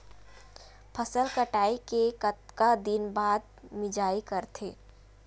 फसल कटाई के कतका दिन बाद मिजाई करथे?